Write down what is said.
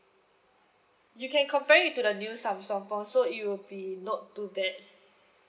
you can compare it to the new samsung phone so it will be not too bad